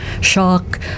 shock